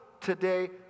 today